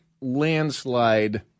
landslide